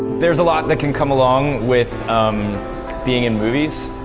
there's a lot that can come along with being in movies,